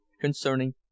concerning